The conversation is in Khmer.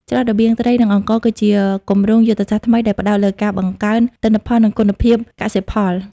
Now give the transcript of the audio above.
ច្រករបៀងត្រី និងអង្ករ គឺជាគម្រោងយុទ្ធសាស្ត្រថ្មីដែលផ្តោតលើការបង្កើនទិន្នផល និងគុណភាពកសិផល។